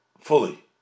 fully